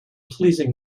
pleasing